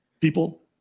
People